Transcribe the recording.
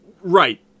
Right